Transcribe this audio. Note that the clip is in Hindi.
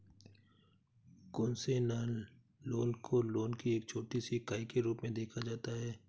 कोन्सेसनल लोन को लोन की एक छोटी सी इकाई के रूप में देखा जाता है